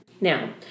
Now